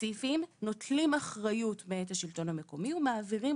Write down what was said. ספציפיים נוטלים אחריות מאת השלטון המקומי ומעבירים